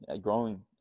growing